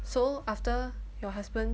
so after your husband